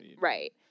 Right